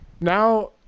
now